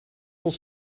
ons